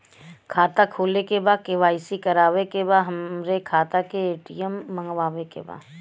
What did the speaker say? खाता खोले के बा के.वाइ.सी करावे के बा हमरे खाता के ए.टी.एम मगावे के बा?